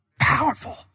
Powerful